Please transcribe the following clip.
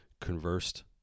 conversed